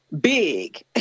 big